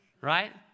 Right